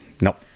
Nope